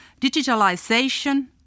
digitalisation